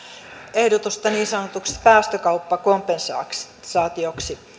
ehdotusta niin sanotuksi päästökauppakompensaatioksi